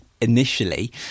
initially